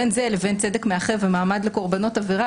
בין זה לבין צדק מאחה ומעמד לקורבנות עבירה,